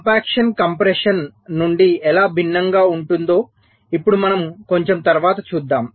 compaction compression compression నుండి ఎలా భిన్నంగా ఉంటుందో ఇప్పుడు మనం కొంచెం తర్వాత చూద్దాం